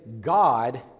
God